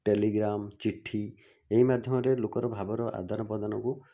Telegram ଚିଠି ଏହି ମାଧ୍ୟମରେ ଲୋକର ଭାବର ଆଦାନ ପ୍ରଦାନକୁ